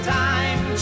time